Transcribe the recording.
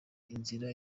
inzira